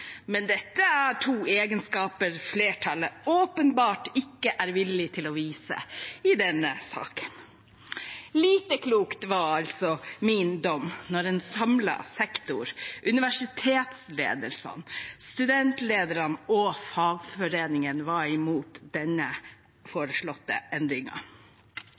Men dette er to egenskaper flertallet åpenbart ikke er villig til å vise i denne saken. «Lite klokt» var altså min dom da en samlet sektor, universitetsledelsene, studentlederne og fagforeningene, var imot denne foreslåtte